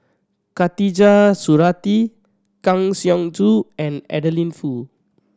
Khatijah Surattee Kang Siong Joo and Adeline Foo